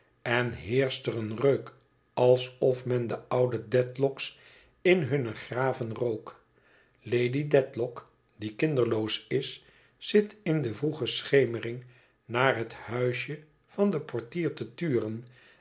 en heerscht er een reuk alsof men de oude dedlock's in hunne graven rook lady dedlock die kinderloos is zit in de vroege schemering naar het huisje van den portier té turen